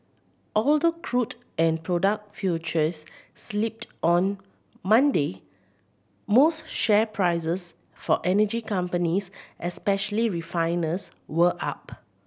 although crude and product futures slipped on Monday most share prices for energy companies especially refiners were up